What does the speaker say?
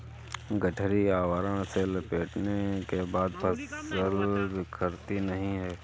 गठरी आवरण से लपेटने के बाद फसल बिखरती नहीं है